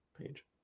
page